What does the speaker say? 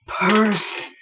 person